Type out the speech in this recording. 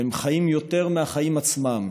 והם חיים יותר מהחיים עצמם,